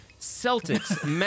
Celtics